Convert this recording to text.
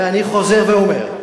אני חוזר ואומר,